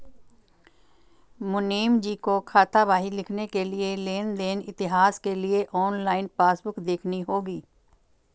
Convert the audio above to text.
मुनीमजी को खातावाही लिखने के लिए लेन देन इतिहास के लिए ऑनलाइन पासबुक देखनी होगी